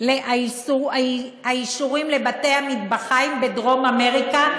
האישורים לבתי-המטבחיים בדרום-אמריקה,